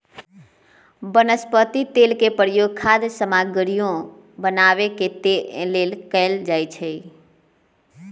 वनस्पति तेल के प्रयोग खाद्य सामगरियो बनावे के लेल कैल जाई छई